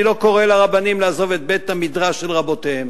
אני לא קורא לרבנים לעזוב את בית-המדרש של רבותיהם.